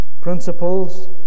principles